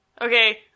Okay